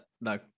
No